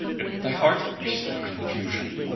yet with thy heart wish their confusion.